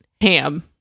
ham